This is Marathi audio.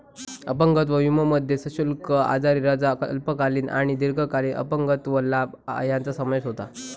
अपंगत्व विमोमध्ये सशुल्क आजारी रजा, अल्पकालीन आणि दीर्घकालीन अपंगत्व लाभ यांचो समावेश होता